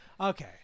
Okay